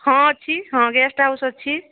ହଁ ଅଛି ହଁ ଗେଷ୍ଟ ହାଉସ୍ ଅଛି